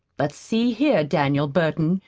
but, see here, daniel burton,